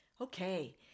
Okay